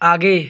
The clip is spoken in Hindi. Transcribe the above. आगे